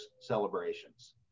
celebrations